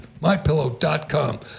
MyPillow.com